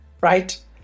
right